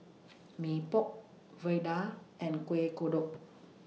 Mee Pok Vadai and Kuih Kodok